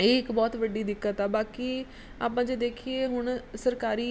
ਇਹ ਇੱਕ ਬਹੁਤ ਵੱਡੀ ਦਿੱਕਤ ਆ ਬਾਕੀ ਆਪਾਂ ਜੇ ਦੇਖੀਏ ਹੁਣ ਸਰਕਾਰੀ